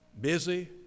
busy